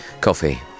coffee